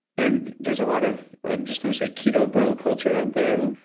and there's a lot of, i'm just going to say keto bro culture out there,